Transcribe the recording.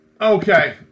Okay